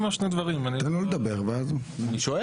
תן לו לדבר ואז אני שואל.